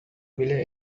bile